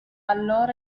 allora